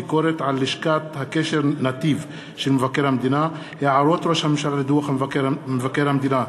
הגבלת תנאי כהונה והעסקה של מנהלים בחברה ציבורית),